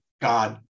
God